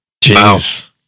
Jesus